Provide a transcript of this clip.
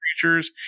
Creatures